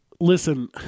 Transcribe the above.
listen